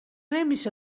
نمیشه